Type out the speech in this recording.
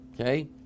okay